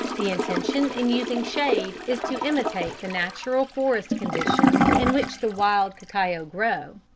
the intention in using shade is to imitate the natural forest conditions in which the wild cacao grew.